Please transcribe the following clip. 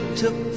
took